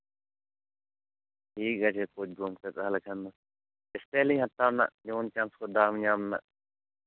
ᱴᱷᱤᱠ ᱟᱪᱪᱷᱮ ᱠᱳᱪ ᱜᱚᱢᱠᱮ ᱛᱟᱦᱚᱞᱮ ᱠᱷᱟᱱ ᱫᱚ ᱪᱮᱥᱴᱟᱭᱟᱞᱤᱧ ᱦᱟᱛᱟᱣ ᱨᱮᱱᱟᱜ ᱡᱮᱢᱚᱱ ᱫᱟᱣ ᱠᱚ ᱧᱟᱢ ᱨᱮᱱᱟᱜ